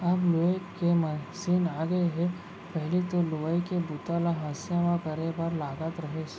अब लूए के मसीन आगे हे पहिली तो लुवई के बूता ल हँसिया म करे बर लागत रहिस